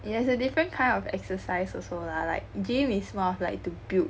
it has a different kind of exercise also lah like game is more of like to build